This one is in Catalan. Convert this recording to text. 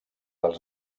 dels